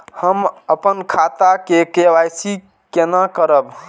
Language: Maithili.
हम अपन खाता के के.वाई.सी केना करब?